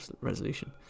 resolution